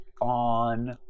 on